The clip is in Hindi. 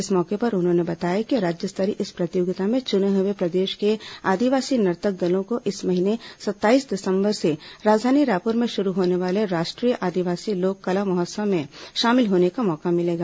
इस मौके पर उन्होंने बताया कि राज्य स्तरीय इस प्रतियोगिता में चुने हुए प्रदेश के आदिवासी नर्तक दलों को इस महीने सत्ताईस दिसम्बर से राजधानी रायपुर में शुरू होने वाले राष्ट्रीय आदिवासी लोक कला महोत्सव में शामिल होने का मौका मिलेगा